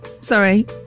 sorry